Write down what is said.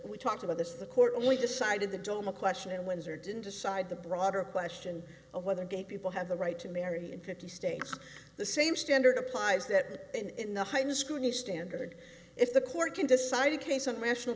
we talked about this the court only decided the doma question and windsor didn't decide the broader question of whether gay people have the right to marry in fifty states the same standard applies that in the heightened scrutiny standard if the court can decide a case on rational